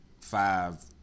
five